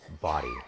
body